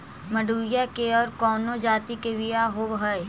मडूया के और कौनो जाति के बियाह होव हैं?